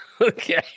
Okay